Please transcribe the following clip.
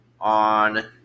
on